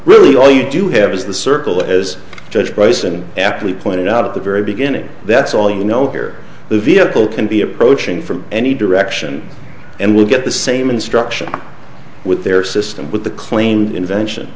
really all you do have is the circle as judge bryson aptly pointed out at the very beginning that's all you know here the vehicle can be approaching from any direction and will get the same instruction with their system with the claimed invention